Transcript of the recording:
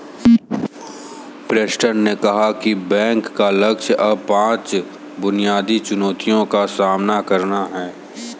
Preston ने कहा कि बैंक का लक्ष्य अब पांच बुनियादी चुनौतियों का सामना करना है